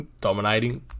Dominating